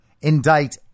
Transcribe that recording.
indict